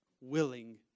willing